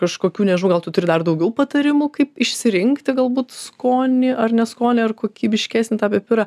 kažkokių nežinau gal tu turi dar daugiau patarimų kaip išsirinkti galbūt skonį ar ne skonį ar kokybiškesnį tą pipirą